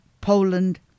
Poland